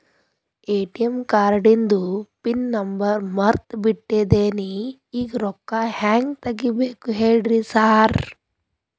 ATM ಕಾರ್ಡಿಂದು pin number ಮರ್ತ್ ಬಿಟ್ಟಿದೇನಿ ಈಗ ರೊಕ್ಕಾ ಹೆಂಗ್ ತೆಗೆಬೇಕು ಹೇಳ್ರಿ ಸಾರ್